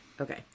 Okay